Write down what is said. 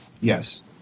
Yes